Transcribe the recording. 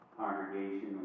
congregation